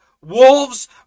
wolves